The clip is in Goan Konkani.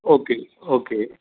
ओके ओके आं